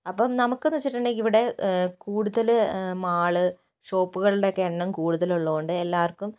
അപ്പോൾ നമുക്കെന്ന് വെച്ചിട്ടുണ്ടെങ്കിൽ ഇവിടെ കൂടുതല് മാൾ ഷോപ്പുകളുടെയൊക്കെ എണ്ണം കൂടുതാലുള്ളതുകൊണ്ട് എല്ലാവർക്കും